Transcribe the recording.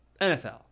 nfl